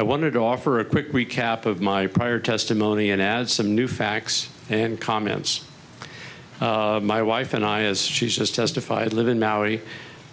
i wanted to offer a quick recap of my prior testimony and add some new facts and comments my wife and i as she has testified live in maui